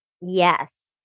Yes